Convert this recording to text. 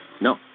No